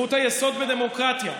זכות היסוד בדמוקרטיה,